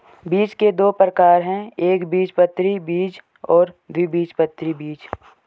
बीज के दो प्रकार है एकबीजपत्री बीज और द्विबीजपत्री बीज